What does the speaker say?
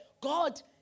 God